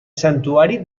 santuari